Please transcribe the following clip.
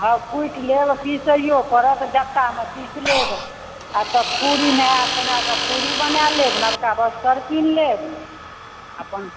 हँ कुटि लेब पिसैयो पड़त जातामे पीस लेब तऽ पुरी नहा सोनाकऽ पुरी बना लेब नवका वस्त्र पिन्ह लेब अपन